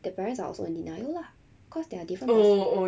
the parents are also in denial lah cause they are different pers~